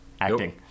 acting